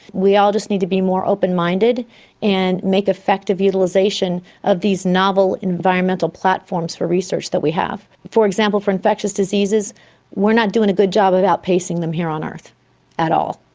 we all just need to be more open-minded and make effective utilisation of these novel environmental platforms for research that we have. for example, for infectious diseases we are not doing a good job of outpacing them here on earth at all,